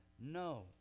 No